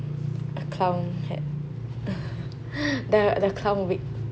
a clown hat the clown wig